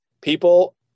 people